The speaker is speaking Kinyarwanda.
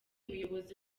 muyobozi